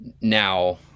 now